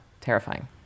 terrifying